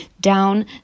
down